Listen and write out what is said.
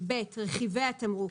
(ב)רכיבי התמרוק,